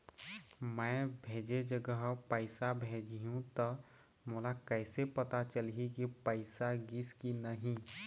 मैं भेजे जगह पैसा भेजहूं त मोला कैसे पता चलही की पैसा गिस कि नहीं?